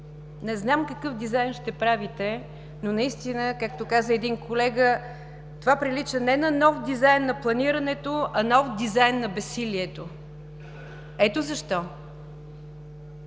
Не знам какъв дизайн ще правите, но наистина, както каза един колега, това прилича не на нов дизайн на планирането, а нов дизайн на безсилието. Ето защо